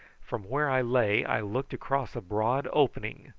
from where i lay i looked across a broad opening,